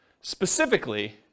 specifically